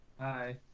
Hi